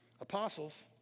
Apostles